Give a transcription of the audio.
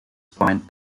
point